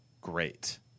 great